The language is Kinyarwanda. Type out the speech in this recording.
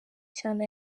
cyane